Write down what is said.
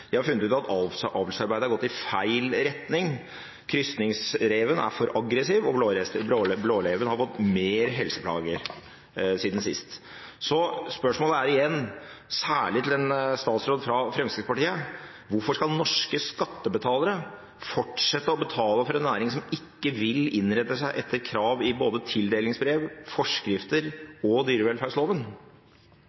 har funnet ut at avlsarbeidet har gått i feil retning. Krysningsreven er for aggressiv, og blåreven har fått mer helseplager siden sist. Så spørsmålet er igjen, særlig til en statsråd fra Fremskrittspartiet: Hvorfor skal norske skattebetalere fortsette å betale for en næring som ikke vil innrette seg etter krav i både tildelingsbrev, forskrifter og dyrevelferdsloven?